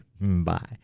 bye